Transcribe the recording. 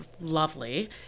lovely